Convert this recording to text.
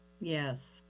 yes